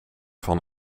van